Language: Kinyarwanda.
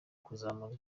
kuzamura